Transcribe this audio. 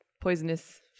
poisonous